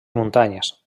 muntanyes